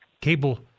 cable